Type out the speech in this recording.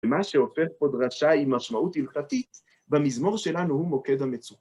ומה שהופך פה דרשה עם משמעות הלכתית, במזמור שלנו הוא מוקד המצוקה.